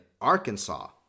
Arkansas